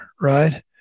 right